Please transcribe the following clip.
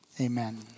Amen